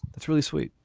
that's really sweet.